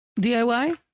DIY